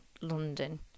London